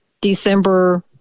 December